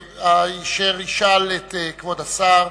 אשר ישאל את כבוד השר